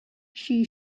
she